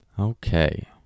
Okay